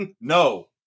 No